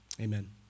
Amen